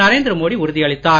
நரேந்திர மோடி உறுதியளித்தார்